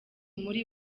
muri